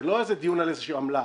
זה לא איזה דיון על איזושהי עמלה.